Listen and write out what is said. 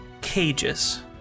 cages